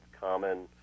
common